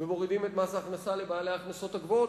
ומורידים את מס ההכנסה לבעלי ההכנסות הגבוהות.